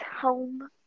home